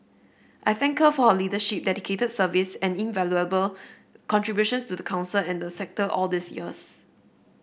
I thank her for her leadership dedicated service and invaluable contributions to the Council and the sector all these years